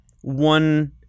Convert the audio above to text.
one